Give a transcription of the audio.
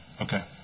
Okay